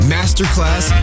Masterclass